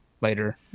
later